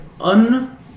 un